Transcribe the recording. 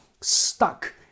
stuck